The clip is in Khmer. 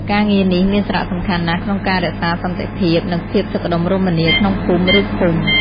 ការងារនេះមានសារៈសំខាន់ណាស់ក្នុងការរក្សាសន្តិភាព និងភាពសុខដុមរមនាក្នុងភូមិ ឬឃុំ។